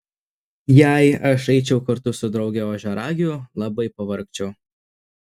jei aš eičiau kartu su drauge ožiaragiu labai pavargčiau